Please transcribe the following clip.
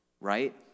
right